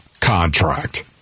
contract